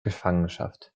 gefangenschaft